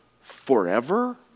forever